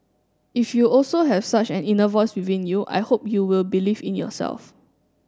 if you also have such an inner voice within you I hope you will believe in yourself